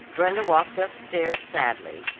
brenda walked upstairs sadly,